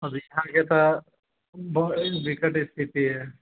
अभि के त विकट स्थिति अछि